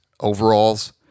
overalls